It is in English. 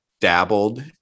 dabbled